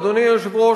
אדוני היושב-ראש,